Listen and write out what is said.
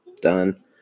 done